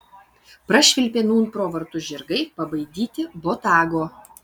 prašvilpė nūn pro vartus žirgai pabaidyti botago